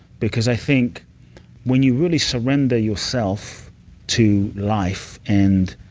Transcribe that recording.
because i think when you really surrender yourself to life and